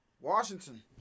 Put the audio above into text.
Washington